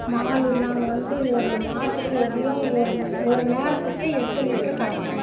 mall நாங்கள் வந்து ஒரு மாட்டுக்கு எப்படியும் ஒரு ஒரு நேரத்துக்கே எட்டு லிட்டரு கறப்பாங்க